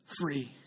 free